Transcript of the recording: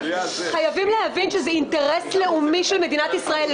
חייבים להבין שזה אינטרס לאומי של מדינת ישראל.